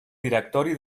directori